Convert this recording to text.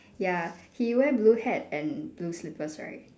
ya he wear blue hat and blue slippers right